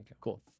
cool